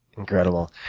incredible.